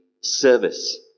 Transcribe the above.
service